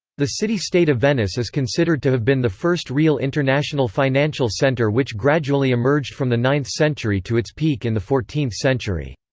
the city-state of venice is considered to have been the first real international financial center which gradually emerged from the ninth century to its peak in the fourteenth century.